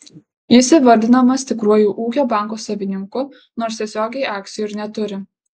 jis įvardinamas tikruoju ūkio banko savininku nors tiesiogiai akcijų ir neturi